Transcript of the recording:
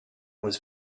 was